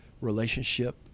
relationship